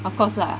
of course lah